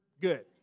good